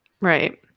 Right